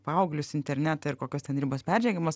paauglius internetą ir kokios ten ribos peržengiamos